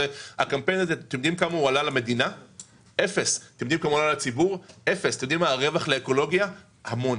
למדינה דבר והרווח האקולוגי היה עצום.